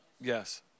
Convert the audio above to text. Yes